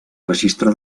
registre